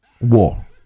war